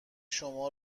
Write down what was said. شما